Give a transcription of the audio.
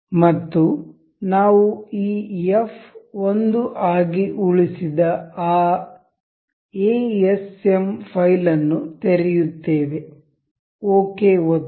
ಮತ್ತು ನಾವು ಈ ಎಫ್ 1 ಆಗಿ ಉಳಿಸಿದ ಆ ಎಎಸ್ಎಂ ಫೈಲ್ ಅನ್ನು ತೆರೆಯುತ್ತೇವೆ ಓಕೆ ಒತ್ತಿ